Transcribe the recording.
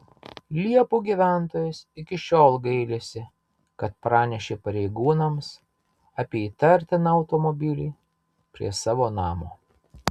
liepių gyventojas iki šiol gailisi kad pranešė pareigūnams apie įtartiną automobilį prie savo namo